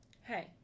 hey